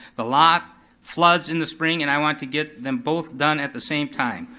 the lot floods in the spring and i want to get them both done at the same time.